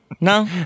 No